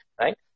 right